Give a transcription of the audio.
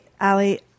Ali